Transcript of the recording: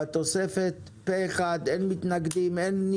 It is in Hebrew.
אירוע בטיחותי?